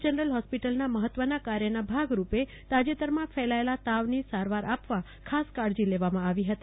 general ફોસ્પિટલનાં મફત્વના કાર્યના ભો ગરૂપે તાજેતરમાં ફેલાથેલા તાવની સારવાર આપવા ખાસ કાળજી લેવામાં આવી ફતી